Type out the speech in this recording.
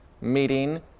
meeting